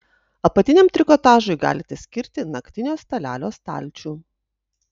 apatiniam trikotažui galite skirti naktinio stalelio stalčių